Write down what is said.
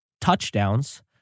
touchdowns